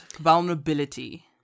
vulnerability